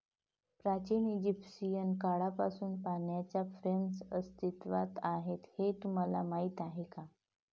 प्राचीन इजिप्शियन काळापासून पाण्याच्या फ्रेम्स अस्तित्वात आहेत हे तुम्हाला माहीत आहे का?